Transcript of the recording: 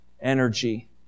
energy